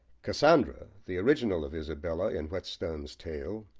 cassandra, the original of isabella in whetstone's tale,